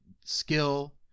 skill